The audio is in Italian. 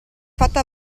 fatto